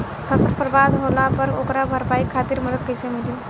फसल बर्बाद होला पर ओकर भरपाई खातिर मदद कइसे मिली?